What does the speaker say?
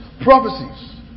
prophecies